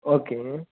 okay